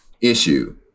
issue